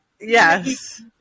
Yes